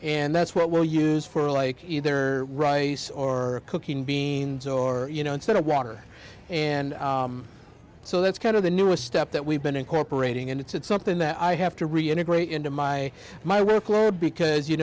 and that's what we'll use for like either rice or cooking beans or you know instead of water and so that's kind of the new a step that we've been incorporating and it's something that i have to reintegrate into my my workload because you